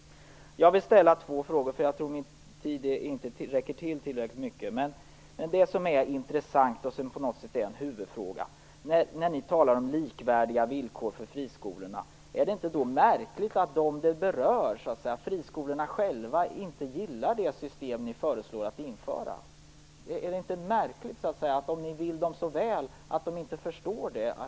Jag tror inte riktigt att min tid räcker till, men jag hade velat ställa två frågor. Jag vill i alla fall börja med något som är intressant, något som är en huvudfråga. När ni talar om likvärdiga villkor för friskolorna, är det då inte märkligt att de det berör, friskolorna själva, inte gillar det system ni föreslår? Är det inte märkligt, om ni vill dem så väl, att de inte förstår detta?